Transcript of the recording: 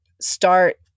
start